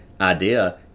idea